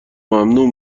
ممنوع